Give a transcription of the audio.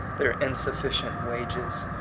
their in. sufficient wages,